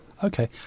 Okay